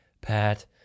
Pat